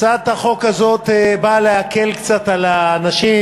הצעת החוק הזאת באה להקל קצת על האנשים